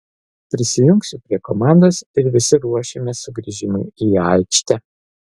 prisijungsiu prie komandos ir visi ruošimės sugrįžimui į aikštę